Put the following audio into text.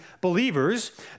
believers